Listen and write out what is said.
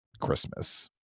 Christmas